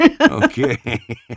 Okay